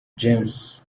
james